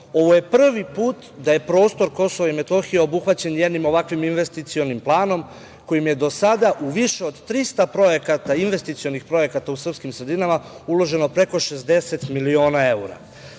je prvi put da je prostor Kosova i Metohije obuhvaćen jednim ovakvim investicionim planom kojim je do sada u više od 300 projekata, investicionih projekata u sprskim sredinama, uloženo preko 60 miliona